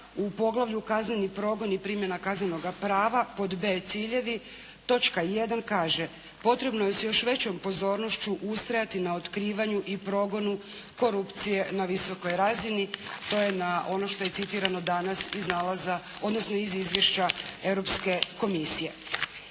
u poglavlju kazneni progoni i primjena kaznenoga prava. Pod b) ciljevi, točka 1. kaže potrebno je s još većom pozornošću ustrajati na otkrivanju i progonu korupcije na visokoj razini, to je na ono što je citirano danas iz nalaza, odnosno iz izvješća Europske Komisije.